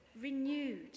renewed